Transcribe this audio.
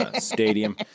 Stadium